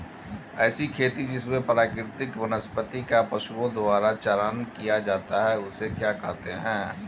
ऐसी खेती जिसमें प्राकृतिक वनस्पति का पशुओं द्वारा चारण किया जाता है उसे क्या कहते हैं?